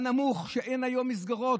על כך שאין היום מסגרות,